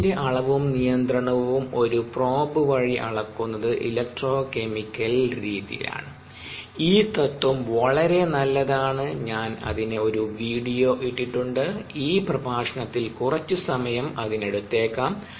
എച്ചിന്റെ അളവും നിയന്ത്രണവും ഒരു പ്രോബ് വഴി അളക്കുന്നത് ഇലക്ട്രോ കെമിക്കൽ രീതി ആണ് ഈ തത്ത്വം വളരെ നല്ലതാണ് ഞാൻ അതിന് ഒരു വീഡിയോ ഇട്ടിട്ടുണ്ട് ഈ പ്രഭാഷണത്തിൽ കുറച്ച് സമയം അതിനെടുത്തേക്കാം